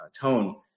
tone